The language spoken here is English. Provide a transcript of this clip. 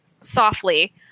softly